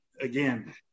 Again